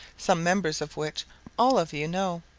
some members of which all of you know.